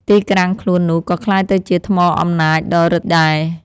ទីក្រាំងខ្លួននោះ ក៏ក្លាយទៅជាថ្មអំណាចដ៏ឫទ្ធិដែរ ។